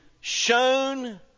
shown